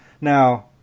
Now